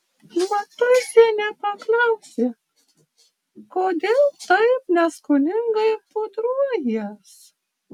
matuizienė paklausė kodėl taip neskoningai pudruojies